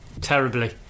terribly